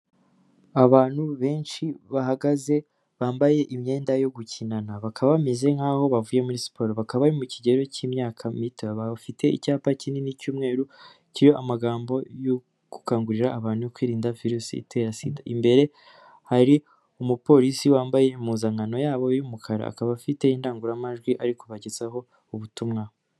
Abantu benshi bahagaze bambaye imyenda yo gukinana bakaba bameze nk'aho bavuye muri siporo bakaba mu kigero cy'imyaka mito bafite icyapa kinini cy'umweru amagambo yo gukangurira abantu kwirinda virusi itera sida. Imbere hari umupolisi wambaye impuzankano yabo y'umukara akaba afite indangururamajwi ariko bagezaho ubutumwa.